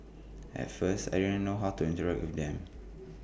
at first I didn't know how to interact with them